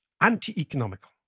anti-economical